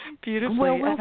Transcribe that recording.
beautifully